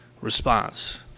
response